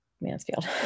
Mansfield